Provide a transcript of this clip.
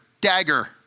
dagger